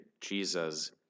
Jesus